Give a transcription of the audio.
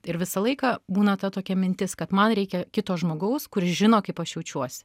ir visą laiką būna ta tokia mintis kad man reikia kito žmogaus kuris žino kaip aš jaučiuosi